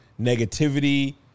negativity